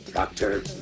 Doctor